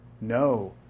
no